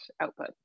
output